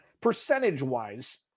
percentage-wise –